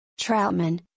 Troutman